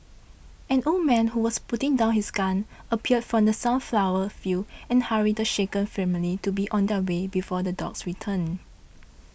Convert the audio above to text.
an old man who was putting down his gun appeared from the sunflower fields and hurried the shaken family to be on their way before the dogs return